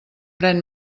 pren